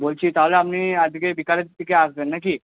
বলছি তাহলে আপনি আজকে বিকালের দিকে আসবেন নাকি